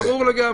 ברור לגמרי.